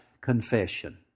confession